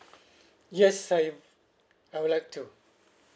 yes I I would like to